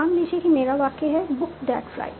मान लीजिए कि मेरा वाक्य है बुक दैट फ्लाइट